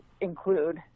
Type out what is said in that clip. include